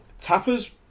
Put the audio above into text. Tapper's